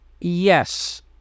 Yes